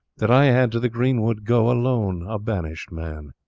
that i had to the green wood go, alone, a banished man.